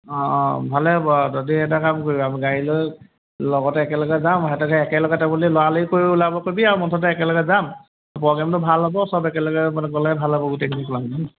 অঁ অঁ ভালে হ'ব আৰু তহঁতি এটা কাম কৰিবি গাড়ী লৈ লগতে একেলগে যাম একেলগতে বুলি লৰালৰি কৰি ওলাব ক'বি আৰু মুঠতে একেলগে যাম প্ৰগ্ৰেমটো ভাল হ'ব চব একেলগে মানে গ'লে ভাল হ'ব গোটেইখিনি